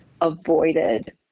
avoided